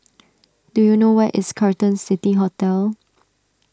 do you know where is Carlton City Hotel